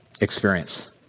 experience